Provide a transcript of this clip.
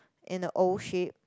in a O shape